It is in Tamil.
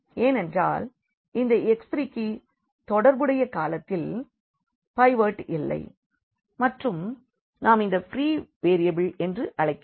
ஏனென்றால் இந்த x3க்கு தொடர்புடைய காலத்தில் பைவோட் இல்லை மற்றும் நாம் இதை ஃப்ரீ வேரியபிள் என்று அழைக்கிறோம்